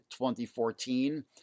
2014